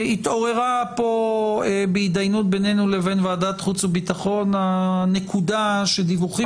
התעוררה פה בהתדיינות בינינו לבין ועדת חוץ וביטחון הנקודה שדיווחים